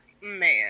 man